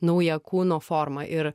naują kūno formą ir